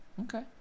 Okay